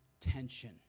tension